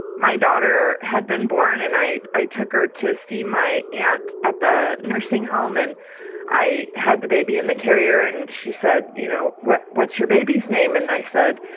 and my daughter had been born at night. i took her to see my aunt at the nursing home and i had the baby in the carrier. and she said, you know what? what's your baby's name? and i said,